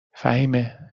فهیمه